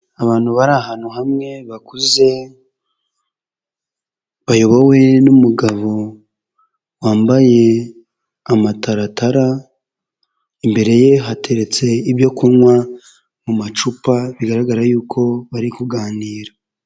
Abantu bari ahantu hamwe bakuze, bayobowe n'umugabo wambaye amataratara, imbere ye hateretse ibyo kunywa mu macupa bigaragara y'uko bari kuganira.